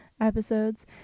episodes